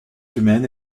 humaine